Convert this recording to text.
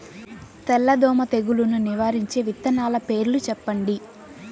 తెల్లదోమ తెగులును నివారించే విత్తనాల పేర్లు చెప్పండి?